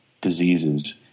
diseases